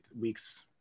weeks